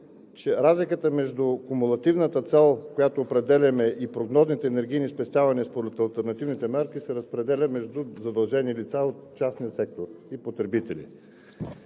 че разликата между кумулативната цел, с която определяме и прогнозните енергийни спестявания според алтернативните мерки, се разпределя между задължени лица от частния сектор и потребители.